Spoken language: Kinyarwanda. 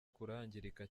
kurangirika